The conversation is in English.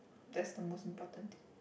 that's the most important thing